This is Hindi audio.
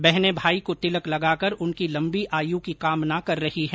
बहने भाई को तिलक लगाकर उनकी लम्बी आयु की कामना कर रही है